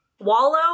wallow